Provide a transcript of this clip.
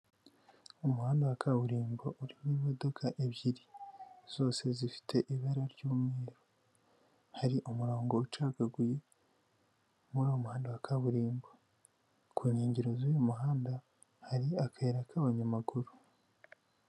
Umuhanda wa kaburimbo urimo imodoka ebyiri zose zifite ibara ry'umweru. hari umurongo ucagaguye muri uwo muhanda wa kaburimbo. Ku nkengero z'uyu muhanda hari akayira k'abanyamaguru.